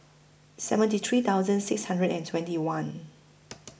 seventy three thousand six hundred and twenty one